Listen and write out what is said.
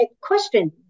question